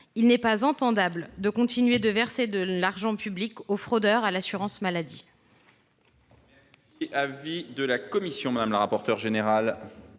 Il n’est pas acceptable de continuer de verser de l’argent public aux fraudeurs à l’assurance maladie.